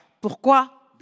Pourquoi